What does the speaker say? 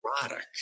erotic